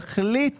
תחליט